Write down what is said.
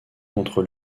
contre